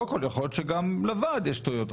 יכול להיות שגם לוועד יש טעויות,